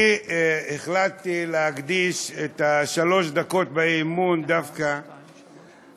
אני החלטתי להקדיש את שלוש הדקות באי-אמון דווקא